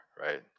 right